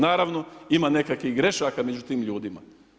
Naravno ima nekakvih grešaka među tim ljudima.